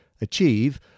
achieve